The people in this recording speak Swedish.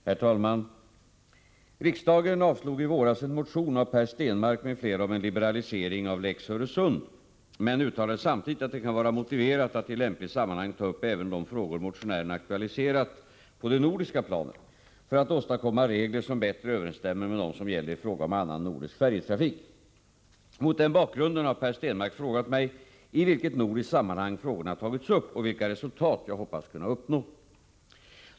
Herr talman! Riksdagen avslog i våras en motion av Per Stenmarck m.fl. om en liberalisering av ”Lex Öresund” men uttalade samtidigt att det kan vara motiverat att i lämpligt sammanhang ta upp även de frågor motionärerna aktualiserat på det nordiska planet för att åstadkomma regler som bättre överensstämmer med dem som gäller i fråga om annan nordisk färjetrafik. Mot denna bakgrund har Per Stenmarck frågat mig i vilket nordiskt sammanhang frågorna tagits upp och vilka resultat jag hoppas kunna uppnå.